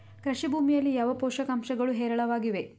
ಕೃಷಿ ಭೂಮಿಯಲ್ಲಿ ಯಾವ ಪೋಷಕಾಂಶಗಳು ಹೇರಳವಾಗಿವೆ?